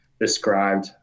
described